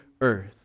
earth